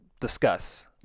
discuss